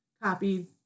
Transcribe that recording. copied